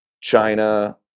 China